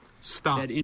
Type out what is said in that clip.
Stop